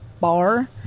bar